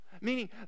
Meaning